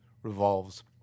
revolves